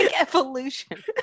evolution